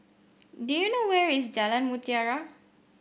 do you know where is Jalan Mutiara